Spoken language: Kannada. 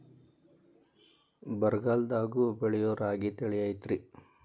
ಬರಗಾಲದಾಗೂ ಬೆಳಿಯೋ ರಾಗಿ ತಳಿ ಐತ್ರಿ?